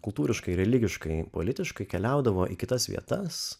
kultūriškai religiškai politiškai keliaudavo į kitas vietas